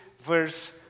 verse